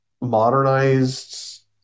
modernized